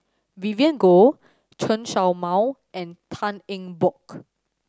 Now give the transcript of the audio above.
Vivien Goh Chen Show Mao and Tan Eng Bock